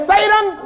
Satan